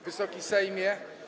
Wysoki Sejmie!